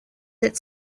that